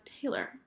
Taylor